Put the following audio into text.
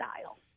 style